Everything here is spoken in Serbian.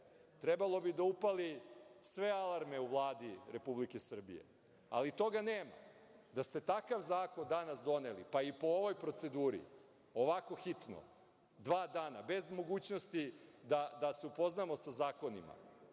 trebalo bi da upali sve alarme u Vladi Republike Srbije, ali toga nema. Da ste takav zakon danas doneli, pa i po ovoj proceduri, ovako hitno, dva dana, bez mogućnosti da se upoznamo sa zakonima,